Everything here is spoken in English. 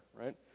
right